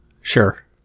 Sure